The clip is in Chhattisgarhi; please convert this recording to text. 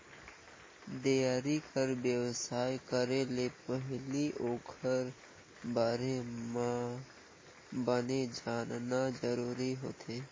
डेयरी कर बेवसाय करे ले पहिली ओखर बारे म बने जानना जरूरी होथे